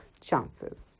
chances